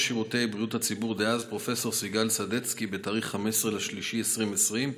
שירותי בריאות הציבור דאז פרופ' סיגל סדצקי ב-15 במרץ 2020,